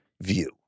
view